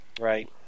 Right